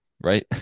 right